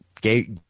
Gay